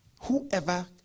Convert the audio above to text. whoever